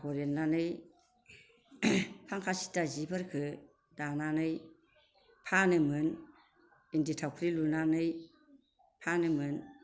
आगर एरनानै हांखा सिखा सिफोरखौ दानानै फानोमोन इन्दि थावख्रि लुनानै फानोमोन